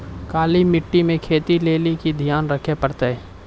काली मिट्टी मे खेती लेली की ध्यान रखे परतै?